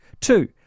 Two